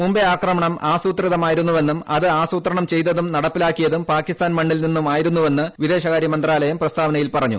മുംബൈ ആക്രമണം ആ്സുത്രിതമായിരുന്നുവെന്നും അത് ആസൂത്രണം ചെയ്തത്തൂം നടപ്പിലാക്കിയതും പാകിസ്ഥാൻ മണ്ണിൽ നിന്നും ആയിരുന്നുവെന്ന് വിദേശകാരൃ മന്ത്രാലയം പ്രസ്താവനയിൽ പറഞ്ഞു